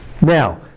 Now